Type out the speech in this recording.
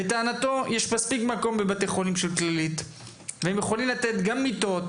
לטענתו יש מספיק מקום בבתי חולים של כללית והם יכולים לתת גם מיטות,